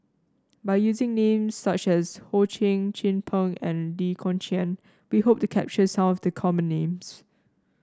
by using names such as Ho Ching Chin Peng and Lee Kong Chian we hope to capture some of the common names